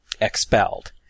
expelled